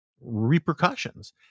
repercussions